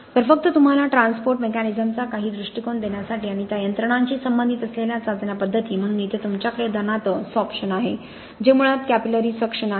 तर फक्त तुम्हाला ट्रान्सपोर्ट मेकॅनिझमचा काही दृष्टीकोन देण्यासाठी आणि त्या यंत्रणांशी संबंधित असलेल्या चाचण्या पद्धती म्हणून इथे तुमच्याकडे उदाहरणार्थ सॉर्प्शन आहे जे मुळात क्यापीलरी सक्शन आहे